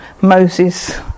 Moses